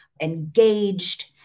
engaged